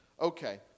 okay